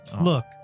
Look